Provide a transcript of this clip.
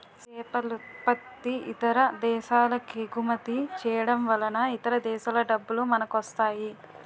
సేపలుత్పత్తి ఇతర దేశాలకెగుమతి చేయడంవలన ఇతర దేశాల డబ్బులు మనకొస్తాయి